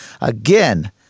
Again